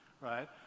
right